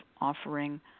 offering